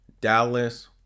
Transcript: Dallas